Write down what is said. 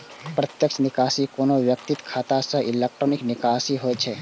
प्रत्यक्ष निकासी कोनो व्यक्तिक खाता सं इलेक्ट्रॉनिक निकासी होइ छै